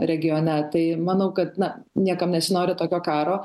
regione tai manau kad na niekam nesinori tokio karo